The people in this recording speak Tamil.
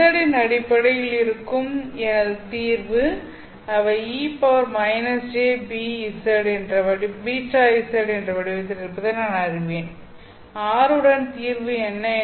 z இன் அடிப்படையில் இருக்கும் எனது தீர்வு அவை e j β z என்ற வடிவத்தில் இருப்பதை நான் அறிவேன் r உடன் தீர்வு என்ன